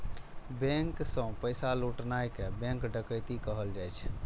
bank सं पैसा लुटनाय कें बैंक डकैती कहल जाइ छै